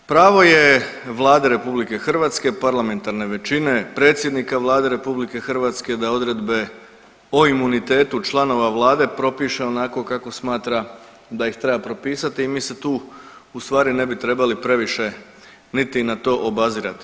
Pravo je Vlade RH, parlamentarne većine, predsjednika Vlade RH da odredbe o imunitetu članova vlade propiše onako kako smatra da ih treba propisati i mi se tu u stvari ne bi trebali previše niti na to obazirati.